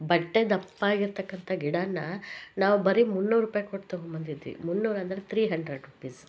ಬಟ್ಟೆ ದಪ್ಪಾಗಿರ್ತಕ್ಕಂಥ ಗಿಡವನ್ನ ನಾವು ಬರೀ ಮುನ್ನೂರು ರೂಪಾಯಿ ಕೊಟ್ಟು ತೊಗೊಬಂದಿದೀವಿ ಮುನ್ನೂರು ಅಂದರೆ ತ್ರೀ ಹಂಡ್ರೆಡ್ ರೂಪೀಸ್